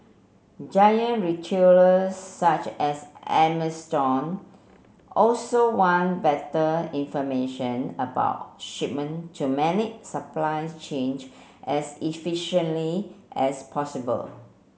giant retailer such as Amazon also want better information about shipment to manage supply change as as possible